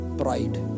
pride